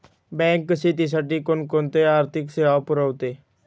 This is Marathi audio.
बँक शेतीसाठी कोणकोणत्या आर्थिक सेवा पुरवते?